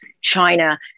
china